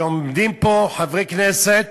שעומדים פה חברי כנסת